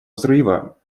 взрыва